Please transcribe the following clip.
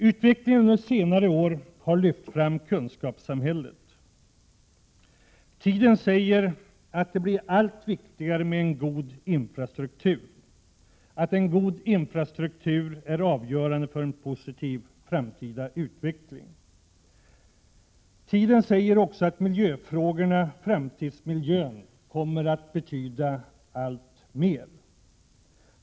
Utvecklingen har under senare år lyft fram kunskapssamhället. Tiden säger att det blir allt viktigare med en god infrastruktur, att en god infrastruktur är avgörande för en positiv framtida utveckling. Tiden säger också att miljöfrågorna, framtidsmiljön, kommer att betyda allt mer.